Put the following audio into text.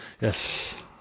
Yes